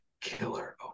killer